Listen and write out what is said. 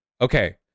Okay